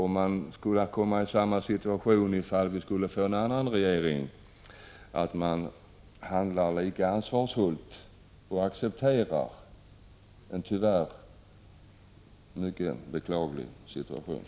Om en annan regering skulle komma i samma situation, hoppas jag att facket handlar lika ansvarsfullt och accepterar en, tyvärr, mycket beklaglig situation.